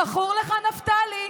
זכור לך, נפתלי?